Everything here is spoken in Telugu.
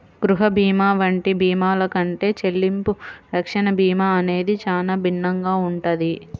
గృహ భీమా వంటి భీమాల కంటే చెల్లింపు రక్షణ భీమా అనేది చానా భిన్నంగా ఉంటది